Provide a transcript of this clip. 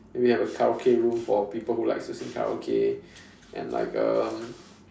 you can have a Karaoke room for people who likes to sing Karaoke and like um